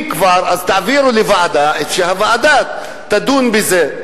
אם כבר, להעביר את זה לוועדה, שהוועדה תדון בזה.